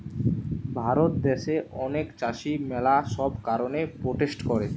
ভারত দ্যাশে অনেক চাষী ম্যালা সব কারণে প্রোটেস্ট করে